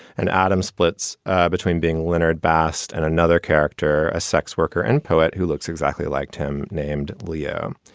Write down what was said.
and adam splits between being leonard bast and another character, a sex worker and poet who looks exactly like him named leo.